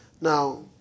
Now